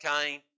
Cain